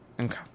Okay